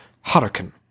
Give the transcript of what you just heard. hurricane